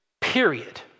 period